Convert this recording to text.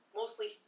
mostly